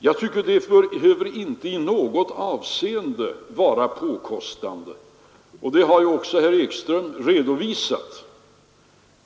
Jag tycker inte att det behöver i något avseende vara påkostande, och det har ju också herr Ekström redovisat.